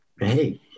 Hey